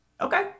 okay